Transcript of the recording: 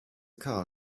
car